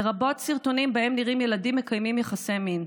לרבות סרטונים שבהם נראים ילדים מקיימים יחסי מין.